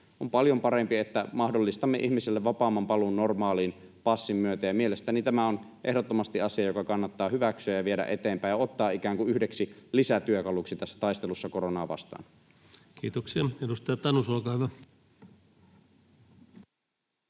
On paljon parempi, että mahdollistamme ihmisille vapaamman paluun normaaliin passin myötä, ja mielestäni tämä on ehdottomasti asia, joka kannattaa hyväksyä ja viedä eteenpäin ja ottaa ikään kuin yhdeksi lisätyökaluksi tässä taistelussa koronaa vastaan. [Speech 92] Speaker: